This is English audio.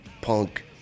punk